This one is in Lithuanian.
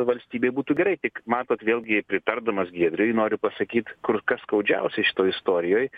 valstybei būtų gerai tik matot vėlgi pritardamas giedriui noriu pasakyt kur kas skaudžiausiai šitoj istorijoj